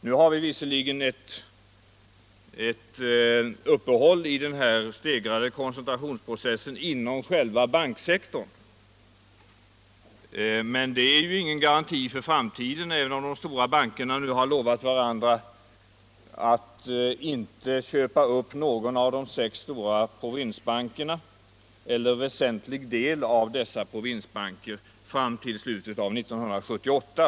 Nu har vi visserligen ett uppehåll i den här stegrade koncentrationsprocessen inom själva banksektorn, men det är ju ingen garanti för framtiden, även om de stora bankerna har ”lovat varandra” att inte köpa upp någon av de sex stora provinsbankerna eller väsentlig del av dessa provinsbanker fram till slutet av 1978.